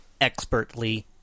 expertly